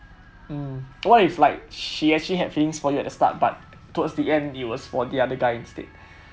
mm what if like she actually had feelings for you for the start but towards the end it was for other guy instead